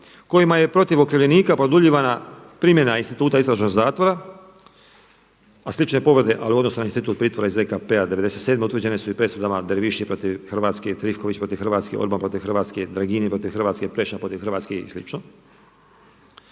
kojima je protiv okrivljenika produljivana primjena instituta istražnog zatvora, a slične povrede ali u odnosu na institut pritvora iz ZKP-a '97. utvrđene su i presudama Derviši protiv Hrvatske, … protiv Hrvatske, Orban protiv Hrvatske, Dragini protiv Hrvatske, Preša protiv Hrvatske i